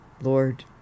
Lord